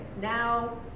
now